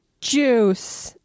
Juice